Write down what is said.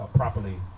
properly